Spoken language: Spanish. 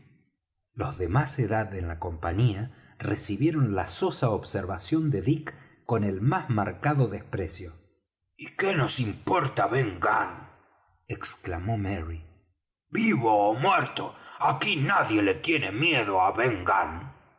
los de más edad en la compañía recibieron la sosa observación de dick con el más marcado desprecio y qué nos importa ben gunn exclamó merry vivo ó muerto aquí nadie le tiene miedo á